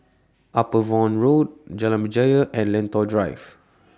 Upavon Road Jalan Berjaya and Lentor Drive